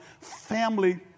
family